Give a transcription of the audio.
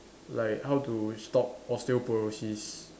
like how to stop osteoporosis